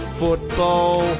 football